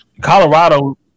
Colorado